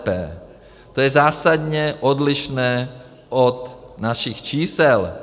To je zásadně odlišné od našich čísel.